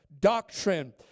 doctrine